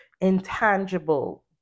intangible